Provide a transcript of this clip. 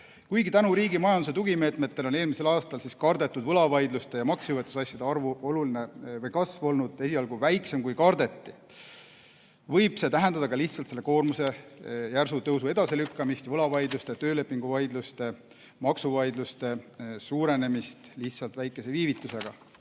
Kuigi tänu riigi majanduse tugimeetmetele oli eelmisel aastal võlavaidluste ja maksejõuetusasjade arvu kasv olnud esialgu väiksem, kui kardeti, võib see tähendada ka lihtsalt selle koormuse järsu tõusu edasilükkumist, võlavaidluste, töölepinguvaidluste ja maksuvaidluste arvu suurenemist lihtsalt väikese viivitusega.